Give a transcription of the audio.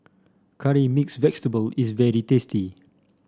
Curry Mixed Vegetable is very tasty